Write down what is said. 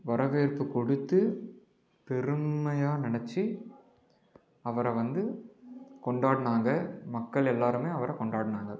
வரவேற்பு கொடுத்து பெருமையாக நினைச்சு அவரை வந்து கொண்டாடினாங்க மக்கள் எல்லாேருமே அவரை கொண்டாடினாங்க